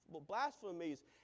blasphemies